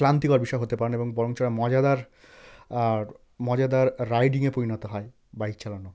ক্লান্তিকর বিষয় হতে পারে না এবং বরঞ্চ মজাদার আর মজাদার রাইডিংয়ে পরিণত হয় বাইক চালানো